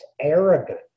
arrogant